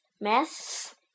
Maths